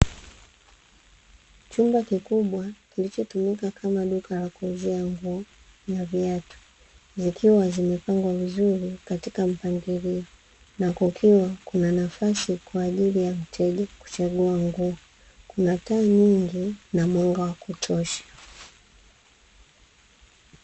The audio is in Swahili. Chumba kikubwa kilichotumika kama duka la kuuzia nguo na viatu. Zikiwa zimepangwa vizuri katika mpangilio, na kukiwa kuna nafasi kwa ajili ya wateja kuchagua nguo. Kuna taa nyingi na mwanga wakutosha.